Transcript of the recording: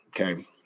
Okay